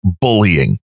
bullying